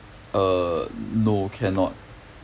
err no cannot